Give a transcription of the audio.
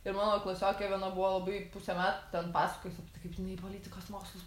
ir mano klasiokė viena buvo labai pusę metų ten paskojosi tai kaip jinai į politikos mokslus